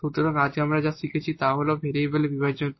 সুতরাং আজ আমরা যা শিখেছি তা হল ভেরিয়েবলের বিভাজনযোগ্য